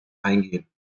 eingehen